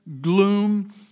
gloom